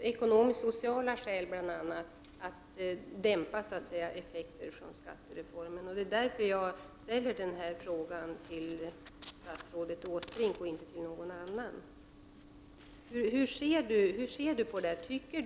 ekonomisk-sociala effekter av skattereformen. Det är därför som jag har ställt frågan till statsrådet Åsbrink och inte till någon annan. Hur ser statsrådet Åsbrink på det här?